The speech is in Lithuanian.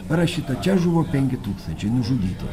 parašyta o čia žuvo penki tūkstančiai nužudytų